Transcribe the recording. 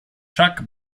chuck